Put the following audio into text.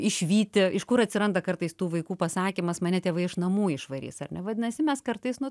išvyti iš kur atsiranda kartais tų vaikų pasakymas mane tėvai iš namų išvarys ar ne vadinasi mes kartais nuo